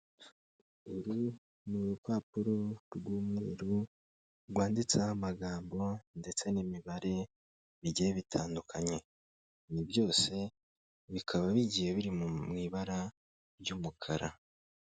Uru ni urupapuro rw'umweru rwanditseho amagambo ndetse n'imibare bigiye bitandukanye, ibi byose bikaba bigiye biri mu ibara ry'umukara.